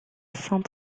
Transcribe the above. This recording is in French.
cent